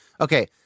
Okay